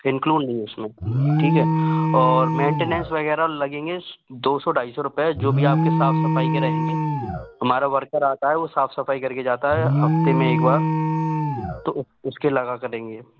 include नहीं है उसमें ठीक है और मेंटेनेंस वगैरह लगेंगे दो सौ ढाई सौ रुपए जो भी आपके साफ सफाई के रहेंगे हमारा वर्कर आता है वो साफ सफाई करके जाता है हफ्ते में एक बार तो उसके लगा करेंगे